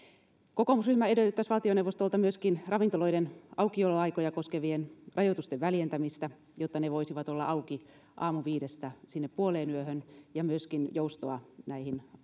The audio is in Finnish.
kokoomusryhmä edellyttäisi valtioneuvostolta myöskin ravintoloiden aukioloaikoja koskevien rajoitusten väljentämistä jotta ne voisivat olla auki aamuviidestä sinne puoleenyöhön ja myöskin joustoa näihin